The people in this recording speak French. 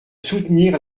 soutenir